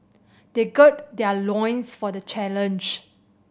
they gird their loins for the challenge